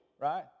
right